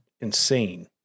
insane